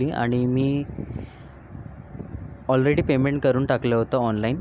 आणि मी already payment करून टाकलं होतं ऑनलाईन